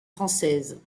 française